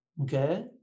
Okay